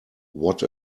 what